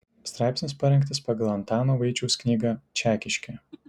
straipsnis parengtas pagal antano vaičiaus knygą čekiškė